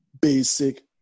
basic